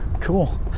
Cool